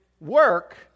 work